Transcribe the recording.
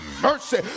mercy